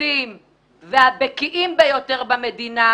המנוסים והבקיאים ביותר במדינה,